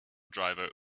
driver